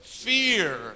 Fear